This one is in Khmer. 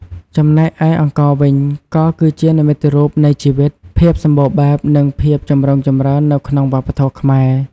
ចំណែកឯអង្ករវិញ ក៏គឺជានិមិត្តរូបនៃជីវិត ភាពសម្បូរបែប និងភាពចម្រុងចម្រើននៅក្នុងវប្បធម៌ខ្មែរ។